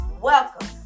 Welcome